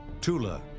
Tula